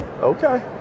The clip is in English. Okay